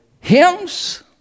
hymns